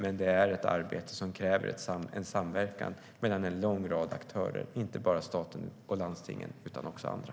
Men det är ett arbete som kräver samverkan mellan en lång rad aktörer, inte bara staten och landstingen utan också andra.